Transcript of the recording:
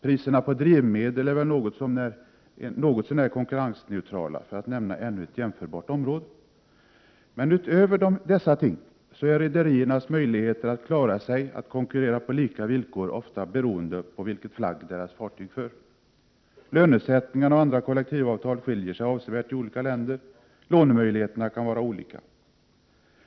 Priserna på drivmedel är väl något så när konkurrensneutrala, för att nämna ännu ett jämförbart område. Men utöver dessa ting så är rederiernas möjligheter att klara sig och att konkurrera på lika villkor ofta beroende på vilken flagg deras fartyg för. Lönesättningen och andra kollektivavtal skiljer sig avsevärt i olika länder. Lånemöjligheterna kan vara olika.